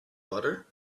butter